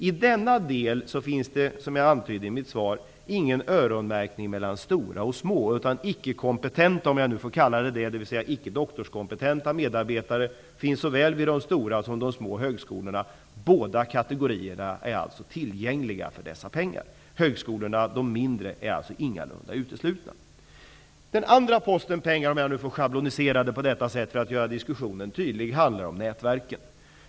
I denna del finns det, som jag antydde i mitt svar, ingen öronmärkning mellan stora och små högskolor. Icke doktorskompetenta medarbetare finns ju vid såväl de stora som de små högskolorna. Pengarna är alltså tillgängliga för båda dessa kategorier. De mindre högskolorna är ingalunda uteslutna. Den andra posten handlar om nätverket.